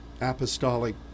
apostolic